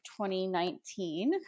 2019